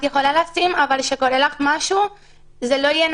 את יכולה לשים, אבל כשקורה משהו זה לא יהיה